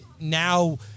now